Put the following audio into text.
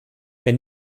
wenn